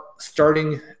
starting